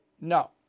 no